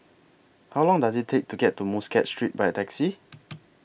How Long Does IT Take to get to Muscat Street By Taxi